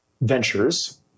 ventures